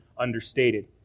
understated